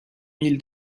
mille